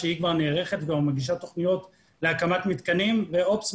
אחרי שהיא כבר נערכת ומגיש תוכניות להקמת מתקנים הופס,